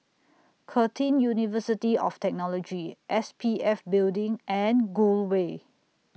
Curtin University of Technology S P F Building and Gul Way